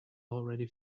already